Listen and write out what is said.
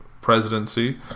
presidency